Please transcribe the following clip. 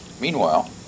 Meanwhile